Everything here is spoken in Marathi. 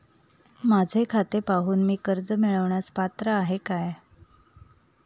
माझे खाते पाहून मी कर्ज मिळवण्यास पात्र आहे काय?